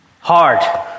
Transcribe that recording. Hard